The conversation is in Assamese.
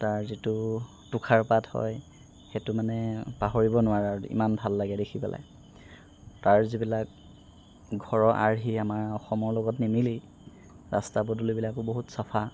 তাৰ যিটো তুষাৰপাত হয় সেইটো মানে পাহৰিব নোৱাৰা ইমান ভাল লাগে দেখি পেলায় তাৰ যিবিলাক ঘৰৰ আৰ্হি আমাৰ অসমৰ লগত নিমিলেই ৰাস্তা পদূলিবিলাকো বহুত চাফা